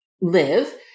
live